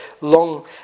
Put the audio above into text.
long